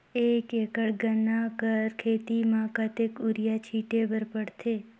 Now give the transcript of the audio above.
एक एकड़ गन्ना कर खेती म कतेक युरिया छिंटे बर पड़थे?